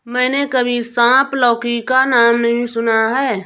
मैंने कभी सांप लौकी का नाम नहीं सुना है